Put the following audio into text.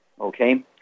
Okay